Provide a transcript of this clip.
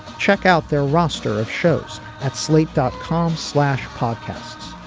check out their roster of shows at slate dot com slash podcasts.